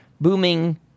booming